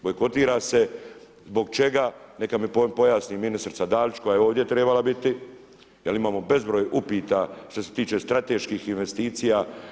Bojkotira se zbog čega, neka mi pojasni ministrica Dalić, koja je ovdje trebala biti, jer imamo bezbroj upita, što se tiče strateških investicija.